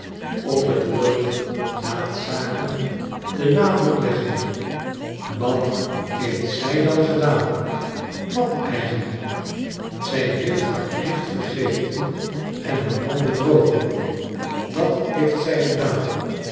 op het woord daadzaken den nadruk leggende wat heeft zij dan gedaan wat eigenlijk zij heeft haar plicht vergeten en haar man bedrogen dat heeft zij gedaan